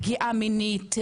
פגיעה מינית,